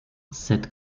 cette